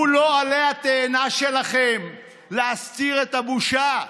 הוא לא עלה התאנה שלכם להסתיר את הבושה.